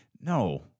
No